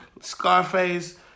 Scarface